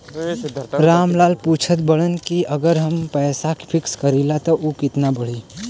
राम लाल पूछत बड़न की अगर हम पैसा फिक्स करीला त ऊ कितना बड़ी?